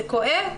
זה כואב',